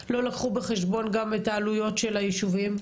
לא לקחו בחשבון גם את העלויות של הישובים?